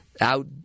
out